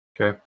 Okay